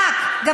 רק שאלתי.